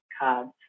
cards